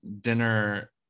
dinner